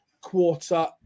quarter